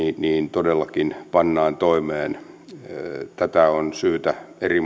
todellakin pannaan toimeen tätä on syytä eri